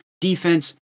defense